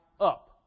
up